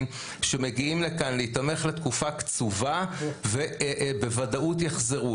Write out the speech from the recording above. שמגיעים לכאן להיתמך לתקופה קצובה ובוודאות יחזרו.